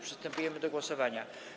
Przystępujemy do głosowania.